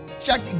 check